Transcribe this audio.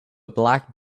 black